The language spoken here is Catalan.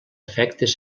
efectes